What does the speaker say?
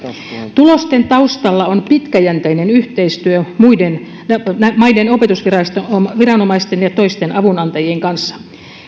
tulosten taustalla on pitkäjänteinen yhteistyö maiden opetusviranomaisten ja toisten avunantajien kanssa